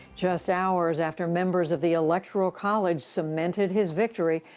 just hours after members of the electoral college cemented his victory,